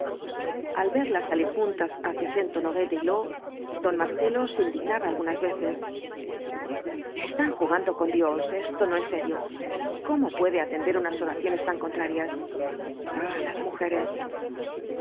al verlas salir juntas hacia saint honoré d'eylau don marcelo se indignaba algunas veces están jugando con dios esto no es serio cómo puede atender unas oraciones tan contrarias ah las mujeres